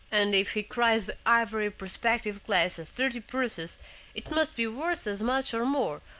and if he cries the ivory perspective glass at thirty purses it must be worth as much or more,